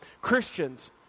Christians